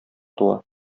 туа